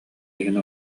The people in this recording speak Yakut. иһин